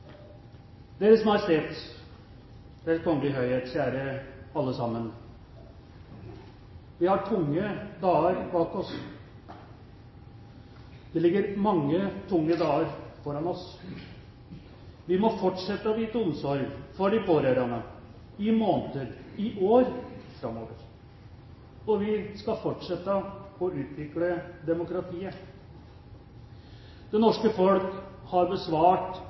det: vi.» Deres Majestet, Deres Kongelige Høyhet, kjære alle sammen. Vi har tunge dager bak oss. Det ligger mange tunge dager foran oss. Vi må fortsette å vise omsorg for de pårørende i måneder, i år framover. Vi skal fortsette å utvikle demokratiet. Det norske folk har besvart